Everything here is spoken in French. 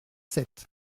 sept